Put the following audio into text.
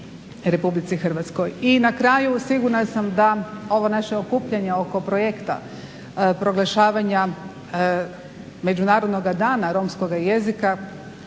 manjine u RH. I na kraju sigurna sam da ovo naše okupljanje oko projekta proglašavanje Međunarodnog dana romskoga jezika